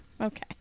Okay